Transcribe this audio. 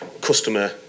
customer